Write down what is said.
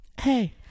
Hey